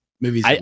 movies